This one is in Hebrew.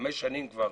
חמש שנים כבר